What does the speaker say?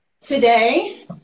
Today